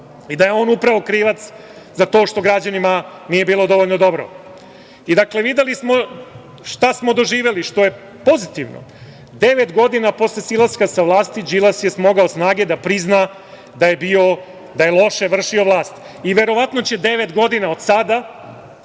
i da je on upravo krivac za to što građanima nije bilo dovoljno dobro. Dakle, videli smo šta smo doživeli, što je pozitivno. Devet godina posle silaska sa vlasti, Đilas je smogao snage da prizna da je loše vršio vlast. I verovatno će devet godina od sada,